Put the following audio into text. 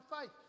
faith